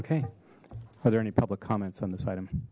okay are there any public comments on this item